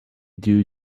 due